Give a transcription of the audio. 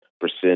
percent